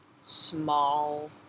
small